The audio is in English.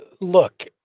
Look